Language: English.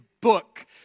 book